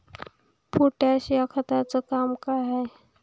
Potash या खताचं काम का हाय?